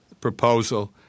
proposal